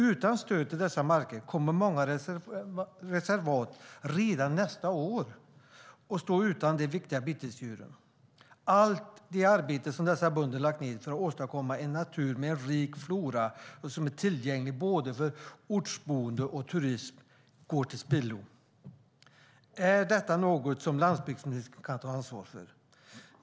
Utan stöd till dessa marker kommer många reservat redan nästa år att stå utan de viktiga betesdjuren. Allt arbete som bönderna har lagt ned för att åstadkomma en natur med en rik flora som är tillgänglig för både ortsboende och turister går till spillo. Är detta något som landsbygdsministern kan ta ansvar för?